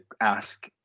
ask